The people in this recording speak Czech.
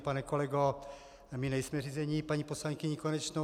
Pane kolego, my nejsme řízeni paní poslankyní Konečnou.